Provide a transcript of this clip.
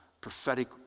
prophetic